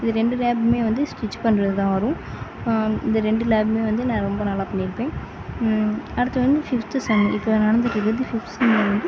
இது ரெண்டு லேபுமே வந்து ஸ்ட்ரிச் பண்ணுறதுதான் வரும் இந்த ரெண்டு லேபுமே வந்து நான் ரொம்ப நல்லா பண்ணியிருப்பேன் அடுத்து வந்து ஃபிவ்த்து செம்மு இப்போ நடந்துகிட்டு இருக்கிறது ஃபிவ்த் செம்மு வந்து